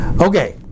Okay